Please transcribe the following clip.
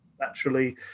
naturally